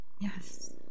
Yes